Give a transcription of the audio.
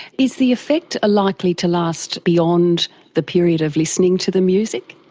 is the effect likely to last beyond the period of listening to the music?